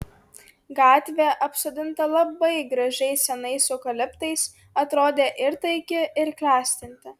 gatvė apsodinta labai gražiais senais eukaliptais atrodė ir taiki ir klestinti